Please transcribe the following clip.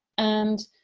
and,